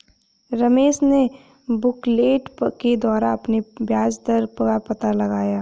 रमेश ने बुकलेट के द्वारा अपने ब्याज दर का पता लगाया